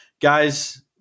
Guys